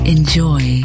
Enjoy